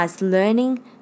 learning